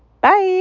bye